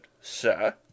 sir